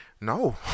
No